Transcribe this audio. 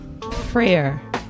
prayer